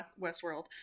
Westworld